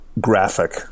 graphic